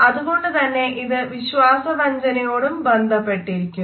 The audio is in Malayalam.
അതുകൊണ്ടു തന്നെ ഇത് വിശ്വാസ വഞ്ചനയോടും ബന്ധപ്പെട്ടിരിക്കുന്നു